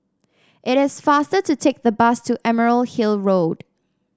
it is faster to take the bus to Emerald Hill Road